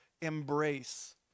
embrace